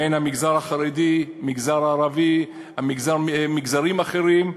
בהן המגזר החרדי, המגזר הערבי ומגזרים אחרים,